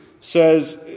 says